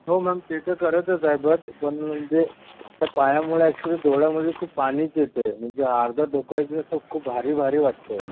हो मग ते तर करतच आहे बट पण जे त्या पायामुळे ऍक्च्युली डोळ्यांमध्ये खूप पाणीच येते म्हणजे अर्धं डोकं इथे असं खूप भारी भारी वाटत आहे